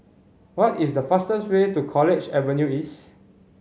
what is the fastest way to College Avenue East